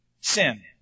sin